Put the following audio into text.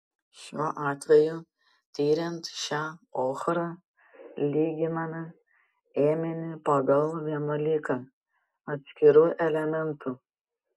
šiuo atveju tiriant šią ochrą lyginame ėminį pagal vienuolika atskirų elementų